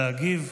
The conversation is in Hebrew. מבקש להגיב,